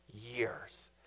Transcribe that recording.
years